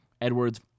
Edwards